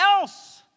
else